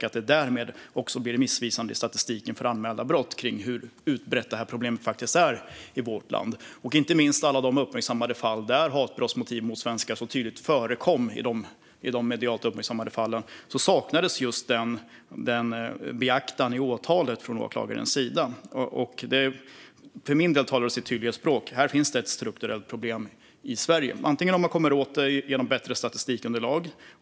Därmed blir det också missvisande i statistiken för anmälda brott när det gäller hur utbrett detta problem faktiskt är i vårt land. Inte minst i alla de medialt uppmärksammade fall där hatbrottsmotiv mot svenskar tydligt förekom saknades just detta beaktande i åtalet från åklagarens sida. För min del talar detta sitt tydliga språk. Här finns det ett strukturellt problem i Sverige. Man kan komma åt detta genom bättre statistikunderlag.